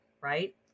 right